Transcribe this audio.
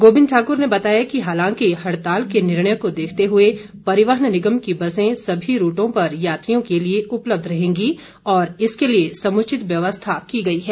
गोविंद ठाकुर ने बताया कि हालांकि हड़ताल के निर्णय को देखते हुए परिवहन निगम की बसें सभी रूटों पर यात्रियों के लिए उपलब्ध रहेंगी और इसके लिए समुचित व्यवस्था की गई है